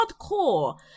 Hardcore